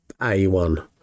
A1